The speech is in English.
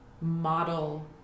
model